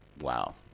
wow